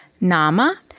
Nama